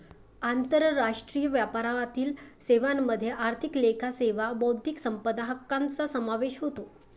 आंतरराष्ट्रीय व्यापारातील सेवांमध्ये आर्थिक लेखा सेवा बौद्धिक संपदा हक्कांचा समावेश होतो